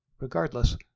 Regardless